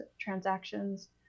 transactions